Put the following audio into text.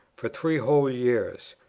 for three whole years.